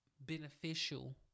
beneficial